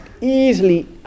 easily